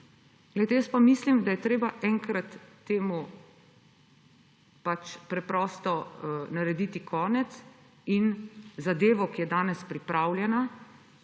leti. Jaz pa mislim, da je treba enkrat temu preprosto narediti konec in zadevo, ki je danes pripravljena,